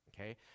okay